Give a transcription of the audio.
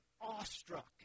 awestruck